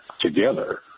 together